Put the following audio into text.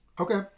Okay